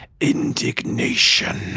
indignation